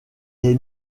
est